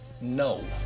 No